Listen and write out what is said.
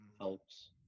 helps